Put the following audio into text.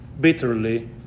bitterly